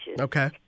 Okay